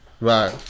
Right